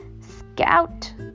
scout